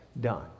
done